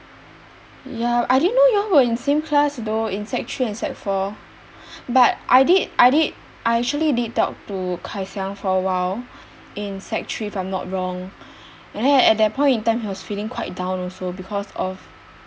ya I didn't know you all were in same class though in sec three and sec four but I did I did I actually did talk to kai xiang for a while in sec three if I'm not wrong and then at that point in time he was feeling quite down also because of